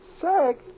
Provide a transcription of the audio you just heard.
Sick